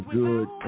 good